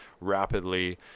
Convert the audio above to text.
rapidly